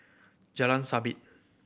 Jalan Sabit